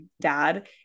dad